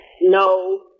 no